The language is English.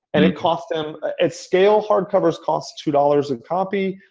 and it cost him. at scale hard cover costs two dollars a copy,